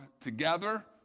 Together